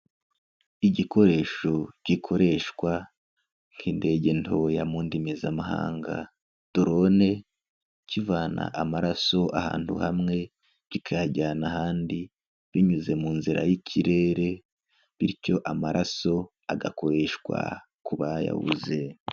Igikoresho gikoreshwa nk'indege ntoya, mu ndimi z'amahanga drone, kivana amaraso ahantu hamwe kikayajyana ahandi, binyuze mu nzira y'ikirere bityo amaraso agakoreshwa ku bayabuze.